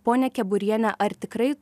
ponia keburiene ar tikrai